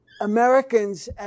Americans